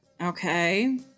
okay